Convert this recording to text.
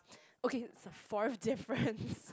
okay so fourth differences